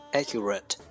accurate，